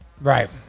Right